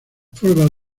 pruebas